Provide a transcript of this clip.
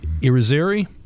Irizarry